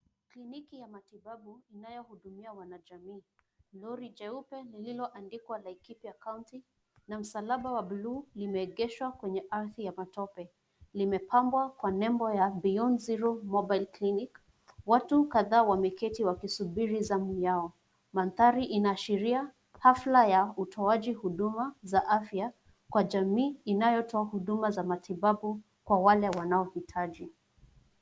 Kliniki ya matibabu inayohudumia wanajamii. Lori jeupe lililoandika Laikipia County na msalaba wa buluu limeegeshwa kwenye ardhi ya matope. Limepambwa kwa nembo ya Beyond zero mobile clinic . Watu kadhaa wameketi wakisubiri zamu yao. Mandhari inaashiria hafla ya utoaji huduma za afya kwa jamii inayotoa huduma za matibabu kwa wale wanaohitaji.